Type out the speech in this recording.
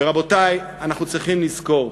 רבותי, אנחנו צריכים לזכור,